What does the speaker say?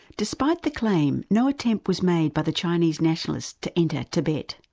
despite the claim, no attempt was made by the chinese nationalists to enter tibet.